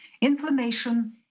Inflammation